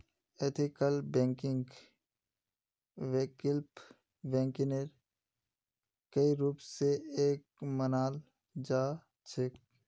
ethical बैंकिंगक वैकल्पिक बैंकिंगेर कई रूप स एक मानाल जा छेक